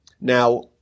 Now